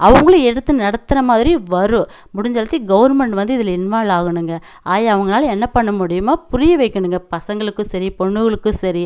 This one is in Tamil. அவங்களும் எடுத்து நடத்துற மாதிரி வரும் முடிஞ்சளத்தி கவர்மெண்ட் வந்து இதில் இன்வால்வ் ஆகணும்ங்க ஆகி அவங்களால் என்ன பண்ண முடியுமோ புரிய வைக்கணுங்க பசங்களுக்கும் சரி பொண்ணுங்களுக்கு சரி